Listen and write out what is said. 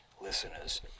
listeners